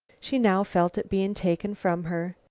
she now felt it being taken from her,